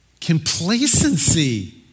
complacency